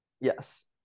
yes